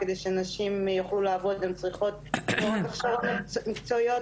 על מנת שנשים יוכלו לעבוד הן צריכות לא רק הכשרות מקצועיות,